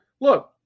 look